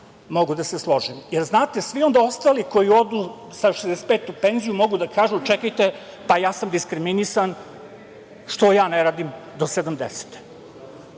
mogu da se složim. Jer, znate, svi onda ostali koji odu sa 65 godina u penziju, mogu da kažu - čekajte, ja sam diskriminisan, zašto ja ne radim do 70.